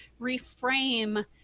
reframe